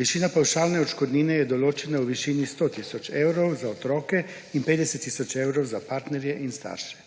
Višina pavšalne odškodnine je določena v višini 100 tisoč evrov za otroke in 50 tisoč evrov za partnerje in starše.